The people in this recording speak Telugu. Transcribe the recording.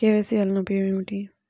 కే.వై.సి వలన ఉపయోగం ఏమిటీ?